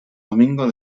domingo